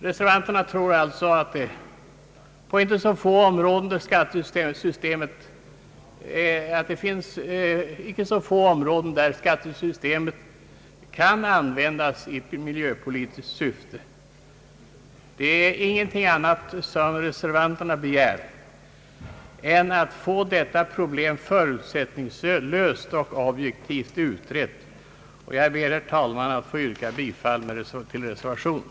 Reservanterna tror alltså att det finns många områden där skattesystemet kan användas i miljöpolitiskt syfte. Reservanterna begär inget annat än att få detta problem förutsättningslöst och objektivt utrett, och jag ber, herr talman, att få yrka bifall till reservationen.